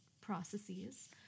processes